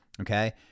okay